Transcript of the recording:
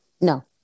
No